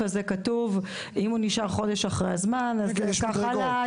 הזה כתוב אם הוא נשאר חודש אחרי הזמן אז כך הלאה.